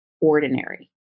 ordinary